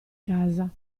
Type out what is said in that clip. casa